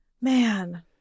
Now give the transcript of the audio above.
Man